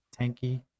tanky